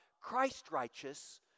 Christ-righteous